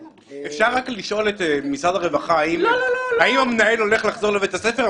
אפשר רק לשאול את משרד הרווחה האם המנהל הולך לחזור לבית הספר?